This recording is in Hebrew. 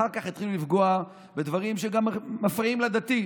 אחר כך התחילו לפגוע בדברים שגם מפריעים לדתי,